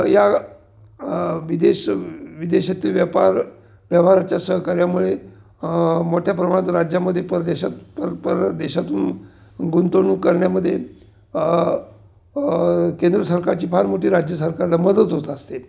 या विदेश विदेशातील व्यापार व्यवहाराच्या सहकार्यामुळे मोठ्या प्रमाणात राज्यामध्ये परदेशात पर पर देशातून गुंतवणूक करण्यामध्ये केंद्र सरकारची फार मोठी राज्य सरकारला मदत होत असते